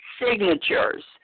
signatures